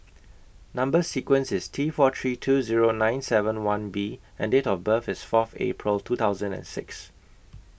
Number sequence IS T four three two Zero nine seven one B and Date of birth IS Fourth April two thousand and six